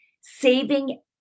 saving